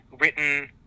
written